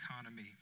economy